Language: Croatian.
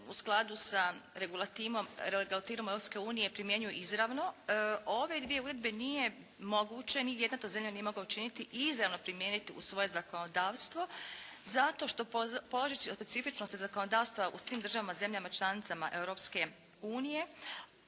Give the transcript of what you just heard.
u skladu sa regulativama Europske unije primjenjuju izravno, ove dvije uredbe nije moguće, ni jedna to zemlja nije mogla učiniti i izravno primijeniti u svoje zakonodavstvo zato što je polazeći od specifičnosti zakonodavstva u svim državama zemljama članicama